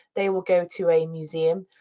they will go to a museum.